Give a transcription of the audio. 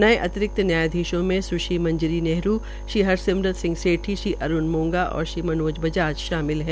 अने अतिरिक्त न्यायधीशों में सुश्री मंजरी नेहरू श्री हर सिमरन सिहं सेठी श्री अरूण मोंगा और श्री मनोज बजाज शामिल है